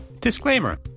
Disclaimer